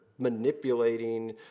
Manipulating